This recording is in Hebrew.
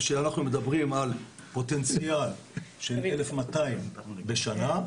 כשאנחנו מדברים על פוטנציאל של 1,200 בשנה.